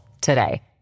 today